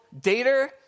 dater